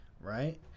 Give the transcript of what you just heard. right